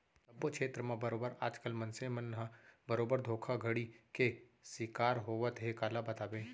सब्बो छेत्र म बरोबर आज कल मनसे मन ह बरोबर धोखाघड़ी के सिकार होवत हे काला बताबे